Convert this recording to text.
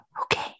Okay